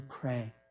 pray